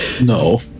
no